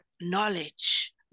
knowledge